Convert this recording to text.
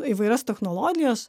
įvairias technologijos